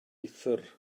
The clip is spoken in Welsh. uthr